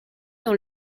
dans